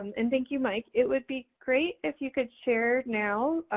and thank you mike. it would be great if you could share now,